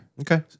Okay